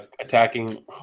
attacking